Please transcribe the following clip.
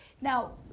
Now